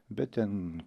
bet ten